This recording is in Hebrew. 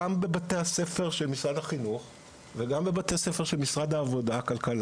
גם בבתי הספר של משרד החינוך וגם בבתי הספר של משרד הכלכלה,